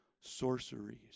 sorceries